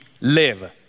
live